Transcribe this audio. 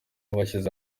bashyize